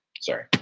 sorry